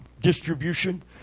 distribution